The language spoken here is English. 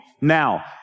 Now